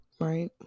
Right